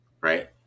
right